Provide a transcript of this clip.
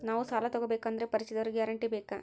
ನಾವು ಸಾಲ ತೋಗಬೇಕು ಅಂದರೆ ಪರಿಚಯದವರ ಗ್ಯಾರಂಟಿ ಬೇಕಾ?